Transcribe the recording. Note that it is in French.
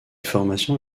formation